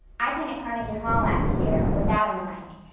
i sang at carnegie hall last year, without a mike.